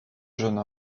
jeune